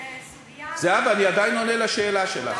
זו סוגיה, זהבה, אני עדיין עונה על השאלה שלך.